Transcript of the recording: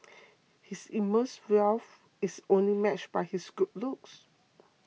his immense wealth is only matched by his good looks